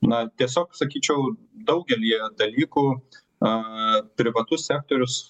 na tiesiog sakyčiau daugelyje dalykų a privatus sektorius